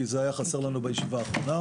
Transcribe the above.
כי זה היה חסר לנו בישיבה האחרונה.